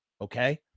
Okay